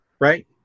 right